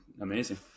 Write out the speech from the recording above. amazing